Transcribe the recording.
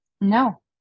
No